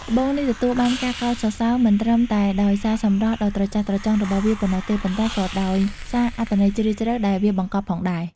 ត្បូងនេះទទួលបានការកោតសរសើរមិនត្រឹមតែដោយសារសម្រស់ដ៏ត្រចះត្រចង់របស់វាប៉ុណ្ណោះទេ ប៉ុន្តែក៏ដោយសារអត្ថន័យជ្រាលជ្រៅដែលវាបង្កប់ផងដែរ។